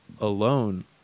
alone